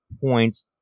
points